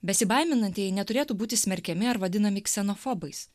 besibaiminantieji neturėtų būti smerkiami ar vadinami ksenofobais